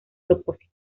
propósito